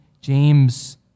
James